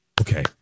Okay